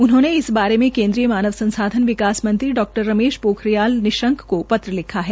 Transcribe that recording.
उन्होंने इस बारे में केन्द्रीय मानव संसाधन विकास मंत्री डा रमेश पोखरियाल निशंक को पत्र लिखा है